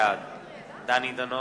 בעד דני דנון,